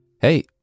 Hey